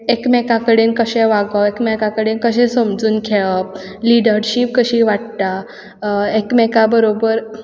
एकामेका कडेन कशें वागप एकामेका कडेन कशें समजून घेवप लिडरशीप कशी वाडटा एकामेका बरोबर